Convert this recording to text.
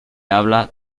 habla